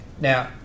Now